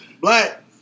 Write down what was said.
Black